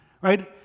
Right